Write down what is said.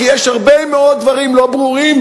כי יש הרבה מאוד דברים לא ברורים.